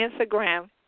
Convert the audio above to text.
Instagram